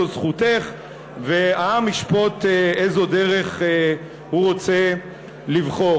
זו זכותך והעם ישפוט איזו דרך הוא רוצה לבחור.